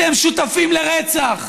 אתם שותפים לרצח.